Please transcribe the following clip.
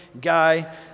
guy